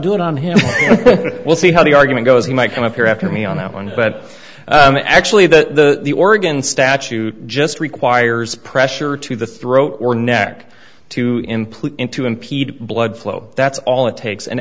do it on him we'll see how the argument goes he might come up here after me on that one but actually the the oregon statute just requires pressure to the throat or neck to implant in to impede blood flow that's all it takes and